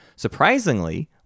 Surprisingly